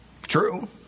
True